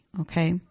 Okay